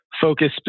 Focus